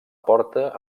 porta